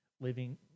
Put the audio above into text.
living